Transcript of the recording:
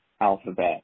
alphabet